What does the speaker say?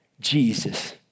Jesus